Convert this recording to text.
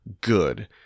good